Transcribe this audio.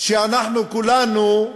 שאנחנו כולנו,